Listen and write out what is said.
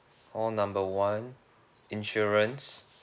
call number one insurance